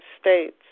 states